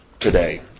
today